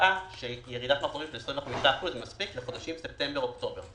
שקבעה שירידת מחזורים של 25% מספיק לחודשים ספטמבר-אוקטובר.